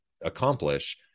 accomplish